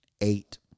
eight